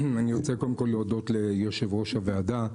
אני רוצה קודם כל להודות ליושב-ראש הוועדה,